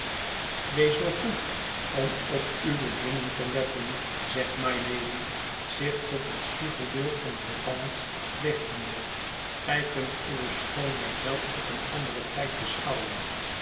wees zoo goed om op uwe dingen te letten zegt mylady zich tot het spiegelbeeld van hortense richtende gij kunt uwe schoonheid wel op een anderen tijd beschouwen